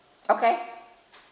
okay